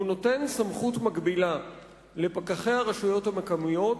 הוא נותן סמכות מקבילה לפקחי הרשויות המקומיות